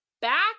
back